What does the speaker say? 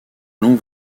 longs